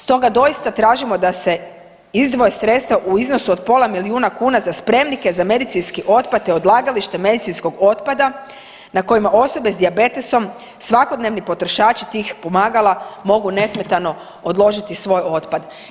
Stoga doista tražimo da se izdvoje sredstva u iznosu od pola milijuna kuna za spremnike za medicinski otpad, te odlagalište medicinskog otpada na kojima osobe sa dijabetesom svakodnevni potrošači tih pomagala mogu nesmetano odložiti svoj otpad.